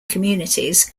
communities